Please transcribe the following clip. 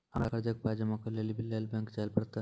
हमरा कर्जक पाय जमा करै लेली लेल बैंक जाए परतै?